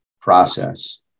process